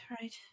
Right